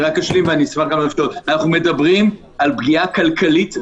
על פגיעה כלכלית דרמטית.